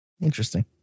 Interesting